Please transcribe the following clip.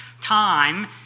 time